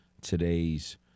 today's